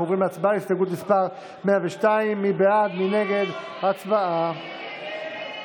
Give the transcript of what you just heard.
בעד, 49, נגד 60,